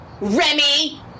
Remy